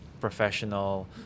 professional